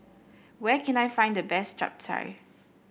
where can I find the best Chap Chai